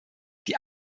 die